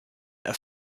are